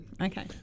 okay